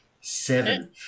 Seven